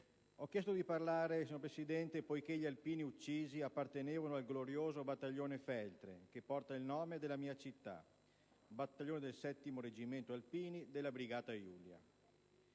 Ho chiesto di intervenire, signora Presidente, poiché gli alpini uccisi appartenevano al glorioso battaglione Feltre, che porta il nome della mia città: Battaglione del 7° Reggimento Alpini della Brigata Julia.